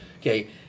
okay